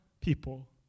people